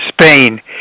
Spain